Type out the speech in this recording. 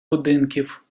будинків